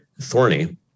thorny